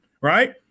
right